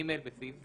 (ג)בסעיף זה,